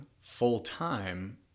full-time